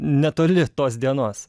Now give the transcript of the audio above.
netoli tos dienos